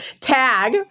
tag-